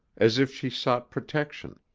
as if she sought protection,